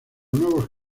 nuevos